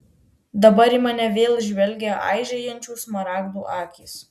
dabar į mane vėl žvelgė aižėjančių smaragdų akys